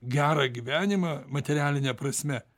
gerą gyvenimą materialine prasme